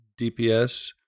DPS